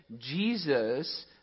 Jesus